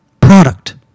product